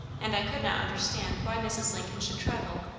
and i could not understand why mrs. lincoln should travel,